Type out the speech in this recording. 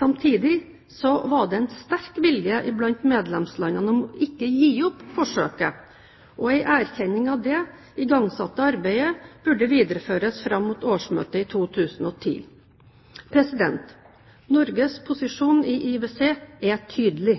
Samtidig var det en sterk vilje blant medlemslandene om ikke å gi opp forsøket og en erkjenning av at det igangsatte arbeidet burde videreføres fram mot årsmøtet i 2010. Norges posisjon i IWC er tydelig.